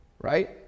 right